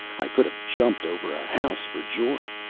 i could have jumped over a house for joy,